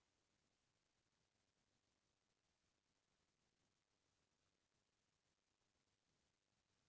आरथिक इस्थिति सुधारे खातिर बहुत झन किसान मन कोनो न कोनों पसु पालन करथे